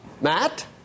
Matt